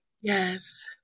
Yes